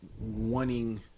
wanting